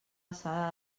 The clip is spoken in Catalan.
alçada